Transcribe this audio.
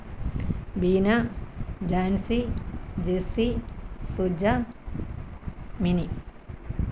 Beena Jancy Jessy Suja mini